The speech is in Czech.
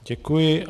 Děkuji.